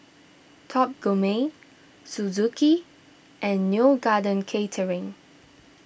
Top Gourmet Suzuki and Neo Garden Catering